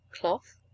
Cloth